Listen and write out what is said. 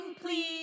please